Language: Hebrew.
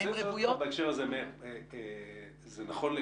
אני רוצה לשאול אותך בהקשר הזה, מאיר.